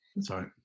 Sorry